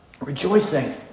rejoicing